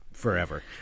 forever